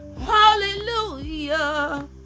hallelujah